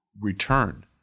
return